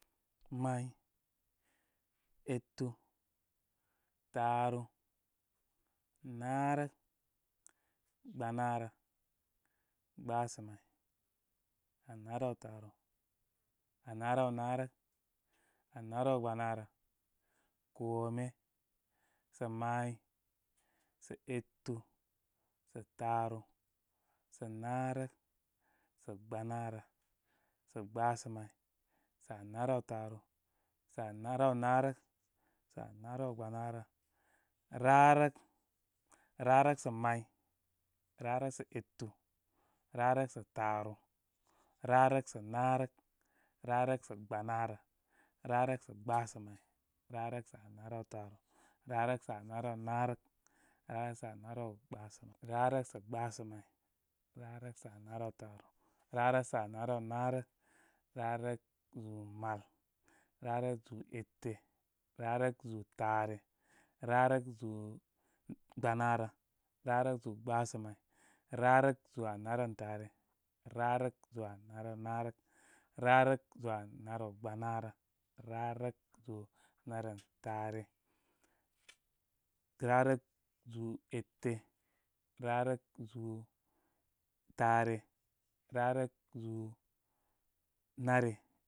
May, etu, taaru, naarək, gba naarə, gbasamy, anarawtaaru, anarawnaarək, anarawgbanaarə, kome. Samay, sa etu, sa taaru, sa naarək, sa gbanaarə, sa gbasamay, sa naraw taaru, sa naraw naarək, sa naraw gbanaarə, rarək. Rarək sa may, rarək sa etu, rarək sa taaru, rarək sa naarək rarək sa gbanaarə, rarək sa gbasamay, rarək sa naraw taaru, rarək sa naraw naarək, rarək sa narawgbasam, rarək sa gbasa may, rarək sa naraw taaru, rarək sa naraw naarək, rarək, zuu mal, rarək zúú ete, ra rək zúú taare, rarək zúú gbanaarə, varək zúú gbasa may, rarək zúú anaren taare rarək zúú anaraw naarək, rarək zúú anaren gbanaarə, rarək zúú anaren taare, rarək zúú ete, rarək zúú taare rarək zúú naare.